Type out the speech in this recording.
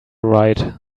right